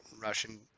Russian